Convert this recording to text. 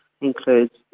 includes